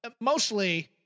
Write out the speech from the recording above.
mostly